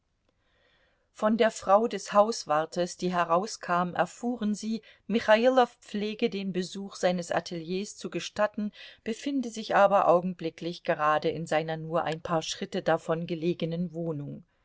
von der frau des hauswartes die herauskam erfuhren sie michailow pflege den besuch seines ateliers zu gestatten befinde sich aber augenblicklich gerade in seiner nur ein paar schritte davon gelegenen wohnung